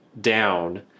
down